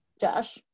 Josh